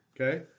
okay